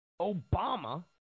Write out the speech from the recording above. Obama